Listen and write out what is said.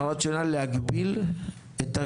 הרציונל להגביל את התקציב?